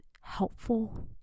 helpful